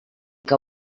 que